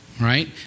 right